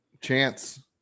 chance